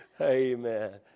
Amen